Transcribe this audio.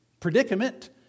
Predicament